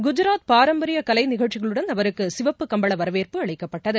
கஜராத் பாரம்பரியகலைநிகழ்ச்சிகளுடன் அவருக்குசிவப்பு கம்பளவரவேற்புஅளிக்கப்பட்டது